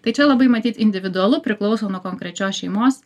tai čia labai matyt individualu priklauso nuo konkrečios šeimos